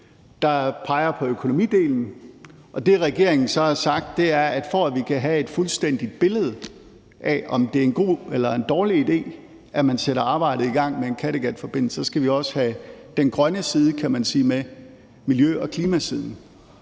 der peger på økonomidelen, og det, regeringen så har sagt, er, at for at vi kan have et fuldstændigt billede af, om det er en god eller en dårlig idé, at man sætter arbejdet i gang med en Kattegatforbindelse, skal vi også have den grønne side med, altså miljø- og klimasiden.